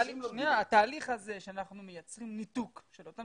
התהליך הזה שאנחנו מייצרים ניתוק של אותם